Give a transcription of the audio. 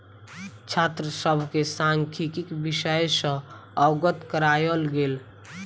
छात्र सभ के सांख्यिकी विषय सॅ अवगत करायल गेल